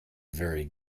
very